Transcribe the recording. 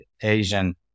Asian